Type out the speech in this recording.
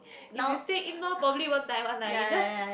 if you stay indoor probably won't die one lah you just